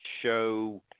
show